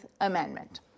Amendment